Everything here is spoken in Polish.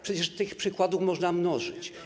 Przecież te przykłady można mnożyć.